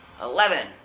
eleven